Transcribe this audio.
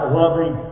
loving